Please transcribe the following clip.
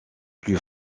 plus